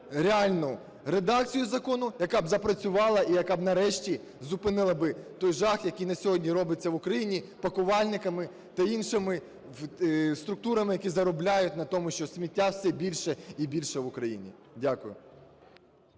реальну редакцію закону, яка б запрацювала і яка б, нарешті, зупинила би той жах, який на сьогодні робиться в Україні пакувальниками та іншими структурами, які заробляють на тому, що сміття все більше і більше в Україні. Дякую.